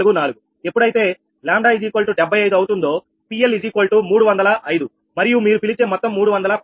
44 ఎప్పుడైతే 𝜆75 అవుతుందో PL305 మరియు మీరు పిలిచే మొత్తం 310